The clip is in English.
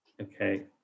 Okay